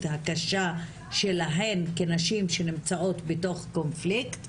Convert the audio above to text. הקשה שלהן כנשים שנמצאות בתוך קונפליקט,